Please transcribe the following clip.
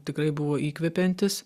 tikrai buvo įkvepiantis